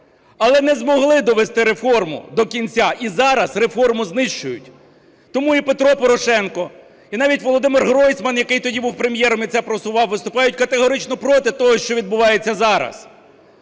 але не змогли довести реформу до кінця, і зараз реформу знищують. Тому і Петро Порошенко, і навіть Володимир Гройсман, який тоді був Прем'єром і це просував, виступають категорично проти того, що відбувається зараз.